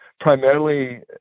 Primarily